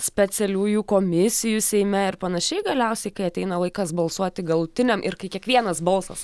specialiųjų komisijų seime ir panašiai galiausiai kai ateina laikas balsuoti galutiniam ir kai kiekvienas balsas